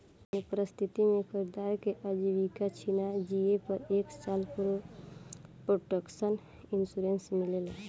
कउनो परिस्थिति में कर्जदार के आजीविका छिना जिए पर एक साल प्रोटक्शन इंश्योरेंस मिलेला